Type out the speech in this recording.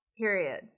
period